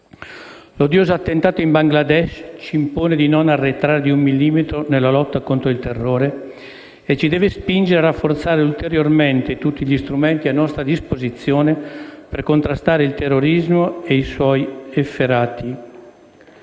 L'odioso attentato in Bangladesh ci impone di non arretrare di un millimetro nella lotta contro il terrore e ci deve spingere a rafforzare ulteriormente tutti gli strumenti a nostra disposizione per contrastare il terrorismo e i suoi efferati